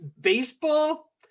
baseball